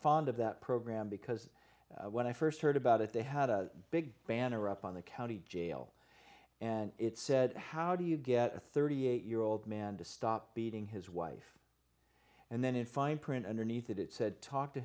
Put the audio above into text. fond of that program because when i st heard about it they had a big banner up on the county jail and it said how do you get a thirty eight year old man to stop beating his wife and then in fine print underneath it it said talk to